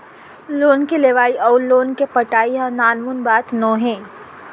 loan के लेवइ अउ लोन के पटाई ह नानमुन बात नोहे